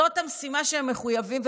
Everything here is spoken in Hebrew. זאת המשימה שהם מחויבים לה?